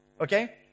Okay